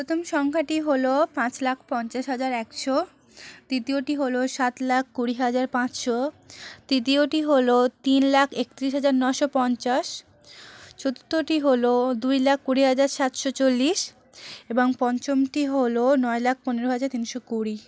প্রথম সংখ্যাটি হল পাঁচ লাখ পঞ্চাশ হাজার একশো দ্বিতিয়টি হল সাত লাখ কুড়ি হাজার পাঁচশো তৃতীয়টি হল তিন লাখ একত্রিশ হাজার নশো পঞ্চাশ চতুর্থটি হল দুই লাখ কুড়ি হাজার সাতশো চল্লিশ এবং পঞ্চমটি হল নয় লাখ পনেরো হাজার তিনশো কুড়ি